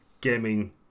gaming